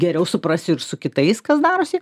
geriau suprasiu ir su kitais kas darosi